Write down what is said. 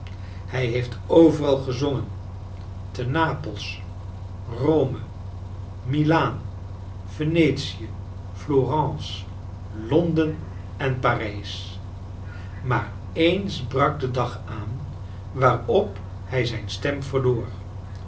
hij heeft overal gezongen te napels rome milaan venetië florence londen en parijs maar eens brak de dag aan waarop hij zijn stem verloor